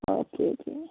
okay okay